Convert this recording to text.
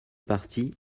partis